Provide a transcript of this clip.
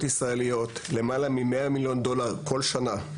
ישראליות למעלה מ-100 מיליון דולר כל שנה,